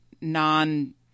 non